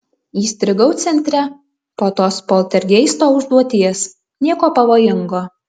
įstrigau centre po tos poltergeisto užduoties nieko pavojingo